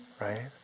right